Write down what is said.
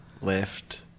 left